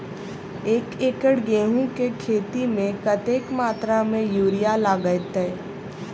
एक एकड़ गेंहूँ केँ खेती मे कतेक मात्रा मे यूरिया लागतै?